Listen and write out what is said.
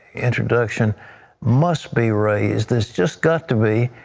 introduction must be raised. it just got to be,